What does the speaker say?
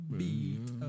beat